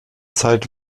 zeit